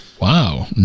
Wow